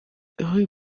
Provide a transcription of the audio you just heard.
rue